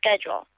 schedule